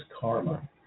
karma